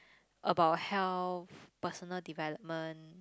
about health personal development